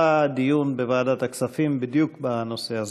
דיון בוועדת הכספים בדיוק בנושא הזה.